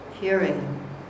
hearing